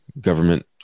government